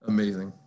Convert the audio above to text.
Amazing